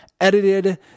edited